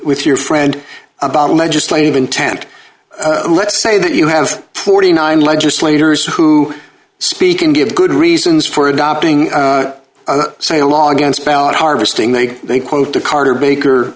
with your friend about legislative intent let's say that you have forty nine legislators who speak and give good reasons for adopting say a law against about harvesting they think quote the carter baker